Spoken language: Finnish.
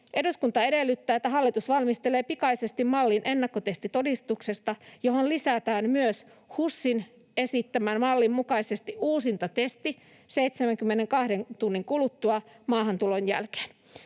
”Eduskunta edellyttää, että hallitus valmistelee pikaisesti mallin ennakkotestitodistuksesta, johon lisätään myös HUSin esittämän mallin mukaisesti uusintatesti 72 tunnin kuluttua maahan tulon jälkeen.”